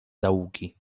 zaułki